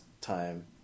time